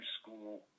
school